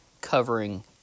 covering